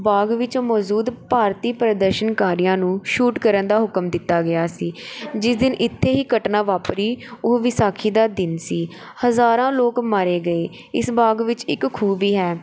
ਬਾਗ ਵਿੱਚ ਮੌਜੂਦ ਭਾਰਤੀ ਪ੍ਰਦਰਸ਼ਨਕਾਰੀਆਂ ਨੂੰ ਸ਼ੂਟ ਕਰਨ ਦਾ ਹੁਕਮ ਦਿੱਤਾ ਗਿਆ ਸੀ ਜਿਸ ਦਿਨ ਇੱਥੇ ਹੀ ਘਟਨਾ ਵਾਪਰੀ ਉਹ ਵਿਸਾਖੀ ਦਾ ਦਿਨ ਸੀ ਹਜ਼ਾਰਾਂ ਲੋਕ ਮਾਰੇ ਗਏ ਇਸ ਬਾਗ ਵਿੱਚ ਇੱਕ ਖੂਹ ਵੀ ਹੈ